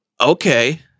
Okay